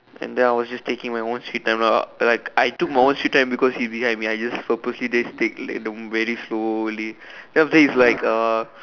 and then I was just taking my own sweet time lah like I took my own sweet time because he behind me I just purposely take like the very slowly then after that he's like uh